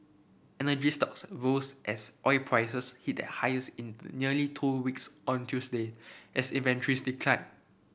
energy stocks rose as oil prices hit their highest in nearly two weeks on Tuesday as inventories declined